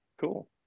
cool